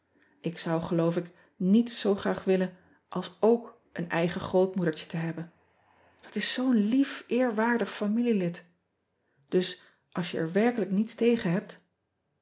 k zou geloof ik niets zoo graag willen als ook een eigen grootmoedertje te hebben at is zoo n lief eerwaardig familielid us als je er werkelijk niets tegen hebt